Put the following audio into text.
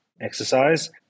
exercise